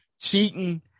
Cheating